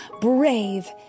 brave